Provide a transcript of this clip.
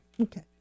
Okay